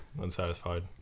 unsatisfied